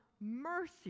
mercy